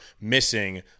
missing